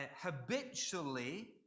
habitually